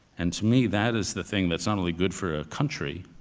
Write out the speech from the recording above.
and, to me, that is the thing that's not only good for a country.